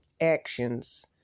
actions